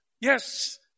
Yes